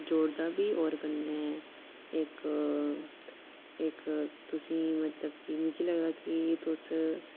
जोड़दा बी होर कन्नै इक गी मतलब कि मिकी लगदा कि तुस